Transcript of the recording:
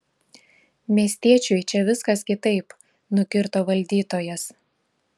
miestiečiui čia viskas kitaip nukirto valdytojas